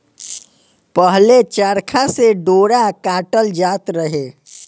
पहिले चरखा से डोरा काटल जात रहे